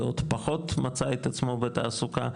והוא פחות מצא את עצמו בתעסוקה,